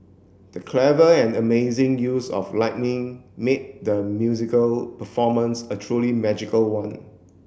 the clever and amazing use of lightning made the musical performance a truly magical one